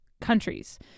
countries